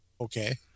okay